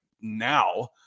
now